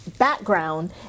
background